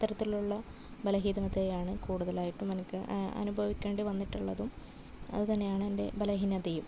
അത്തരത്തിലുള്ള ബലഹീനതയാണ് കൂടുതലായിട്ടും എനിക്ക് അനുഭവിക്കേണ്ടി വന്നിട്ടുള്ളതും അതുതന്നെയാണ് എൻ്റെ ബലഹീനതയും